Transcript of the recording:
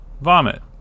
vomit